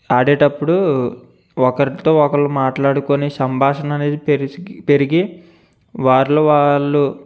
ఆడేటప్పుడు ఒకరితో ఒకరు మాట్లాడుకొని సంభాషణ అనేది పెరిచిపెరిగి వారిలో వాళ్ళు